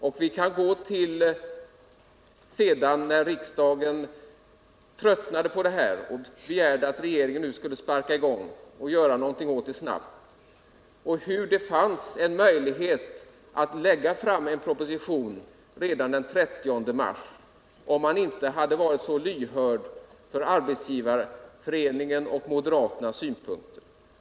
Vi kan också gå till den tidpunkt när riksdagen sedan tröttnade på detta och begärde att regeringen skulle vakna upp och göra någonting åt detta snabbt. Det gick att lägga fram en proposition redan den 30 mars, om regeringen inte hade varit så lyhörd för Arbetsgivareföreningens och moderaternas synpunkter.